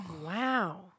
Wow